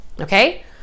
okay